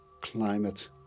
climate